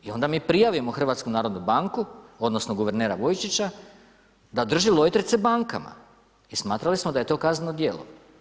I onda mi prijavio HNB, odnosno guvernera Vujčića da drži lojtrice bankama i smatrali smo da je to kazneno djelo.